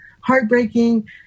heartbreaking